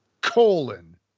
colon